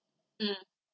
mm